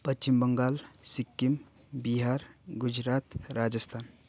Paschim Bengal Sikkim Bihar Gujarat Rajasthan